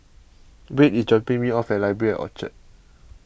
Wade is dropping me off Library Orchard